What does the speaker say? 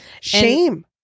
shame